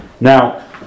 Now